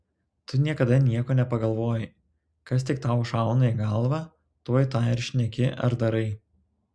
tu niekada nieko nepagalvoji kas tik tau šauna į galvą tuoj tą ir šneki ar darai